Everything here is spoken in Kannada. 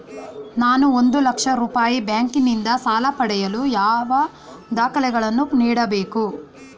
ನಾನು ಒಂದು ಲಕ್ಷ ರೂಪಾಯಿ ಬ್ಯಾಂಕಿನಿಂದ ಸಾಲ ಪಡೆಯಲು ಯಾವ ದಾಖಲೆಗಳನ್ನು ನೀಡಬೇಕು?